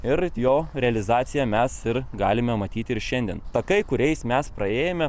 ir jo realizaciją mes ir galime matyti ir šiandien takai kuriais mes praėjome